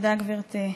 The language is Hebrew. תודה, גברתי.